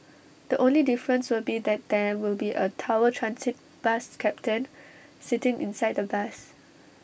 the only difference will be that there will be A tower transit bus captain sitting inside the bus